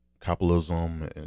capitalism